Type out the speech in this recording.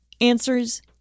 answers